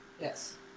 Yes